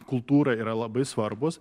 kultūrai yra labai svarbus